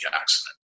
accident